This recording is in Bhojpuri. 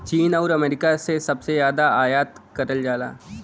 चीन आउर अमेरिका से सबसे जादा आयात करल जाला